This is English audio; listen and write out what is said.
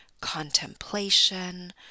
contemplation